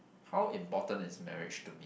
how important is marriage to me